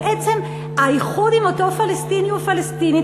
בעצם האיחוד עם אותו פלסטיני או פלסטינית